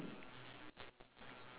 two signs one says designer hat